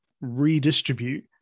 redistribute